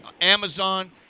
Amazon